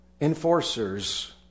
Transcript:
enforcers